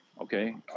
Okay